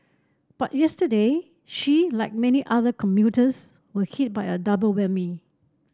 but yesterday she like many other commuters were hit by a double whammy